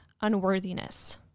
unworthiness